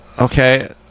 okay